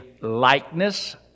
likeness